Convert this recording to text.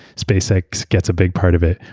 spacex gets a big part of it.